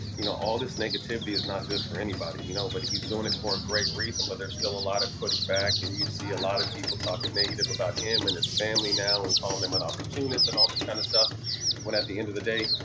you know, all this negativity is not good for anybody, you know? but he's doing it for a great reason, but there's still a lot of pushback, and you see a lot of people talking negative about him and his family now and calling him an opportunist and all this kind of stuff when at the end of the day,